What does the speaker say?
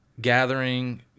gathering